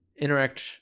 interact